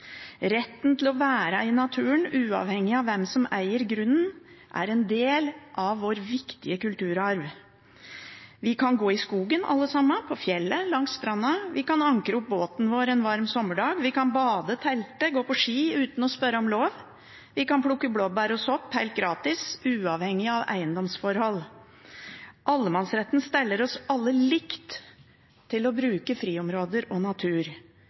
Retten til å være i naturen, uavhengig av hvem som eier grunnen, er en del av vår viktige kulturarv. Vi kan gå i skogen, alle sammen – på fjellet, langs stranda. Vi kan ankre opp båten vår en varm sommerdag. Vi kan bade, telte og gå på ski uten å spørre om lov. Vi kan plukke blåbær og sopp helt gratis, uavhengig av eiendomsforhold. Allemannsretten stiller oss alle likt til å bruke friområder og natur.